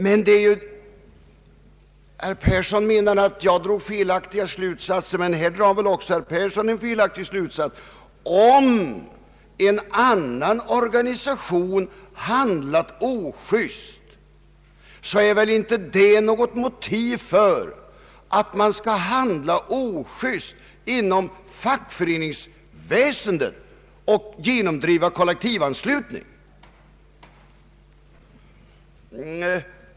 Herr Persson menade att jag drog felaktiga slutsatser, men här drar också herr Persson en felaktig slutsats. Om en annan organisation handlat ojust, är väl inte detta något motiv för att man skall handla ojust inom fackföreningsväsendet och genomdriva kollektivanslutning.